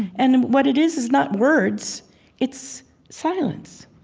and what it is is not words it's silence.